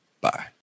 Bye